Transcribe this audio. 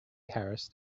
harris